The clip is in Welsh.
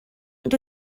ond